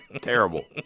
Terrible